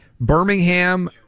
Birmingham